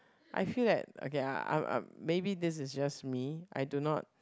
I feel that okay I~ I'm I~ maybe this is just me I do not